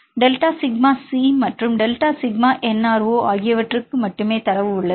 delta sigma C மற்றும் delta sigma NRO ஆகியவற்றுக்கு மட்டுமே தரவு உள்ளது